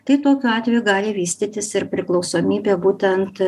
tai tokiu atveju gali vystytis ir priklausomybė būtent